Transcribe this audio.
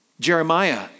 Jeremiah